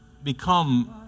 become